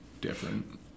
different